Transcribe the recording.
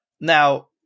Now